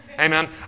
Amen